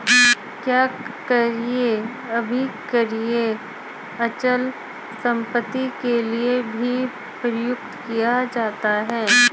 क्या क्रय अभिक्रय अचल संपत्ति के लिये भी प्रयुक्त किया जाता है?